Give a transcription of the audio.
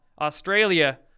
Australia